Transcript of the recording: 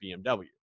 BMW